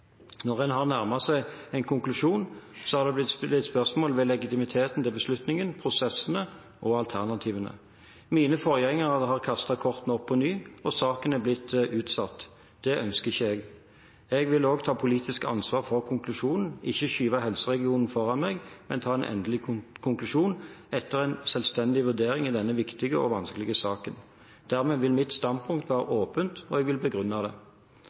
Når en har nærmet seg en konklusjon, har det blitt stilt spørsmål ved legitimiteten til beslutningen, prosessene og alternativene. Mine forgjengere har kastet kortene opp på ny, og saken er blitt utsatt. Det ønsker ikke jeg. Jeg vil også ta politisk ansvar for konklusjonen, ikke skyve helseregionen foran meg, men ta en endelig konklusjon etter en selvstendig vurdering i denne viktige og vanskelige saken. Dermed vil mitt standpunkt være åpent, og jeg vil begrunne det.